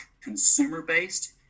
consumer-based